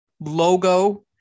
logo